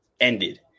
ended